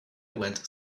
went